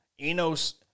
Enos